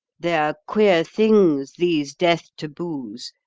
they're queer things, these death-taboos.